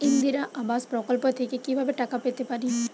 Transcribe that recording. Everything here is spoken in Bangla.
ইন্দিরা আবাস প্রকল্প থেকে কি ভাবে টাকা পেতে পারি?